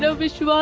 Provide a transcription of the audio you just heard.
so vishal ah